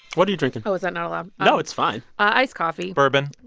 what are you drinking? oh, is that not allowed? no, it's fine iced coffee bourbon